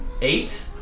Eight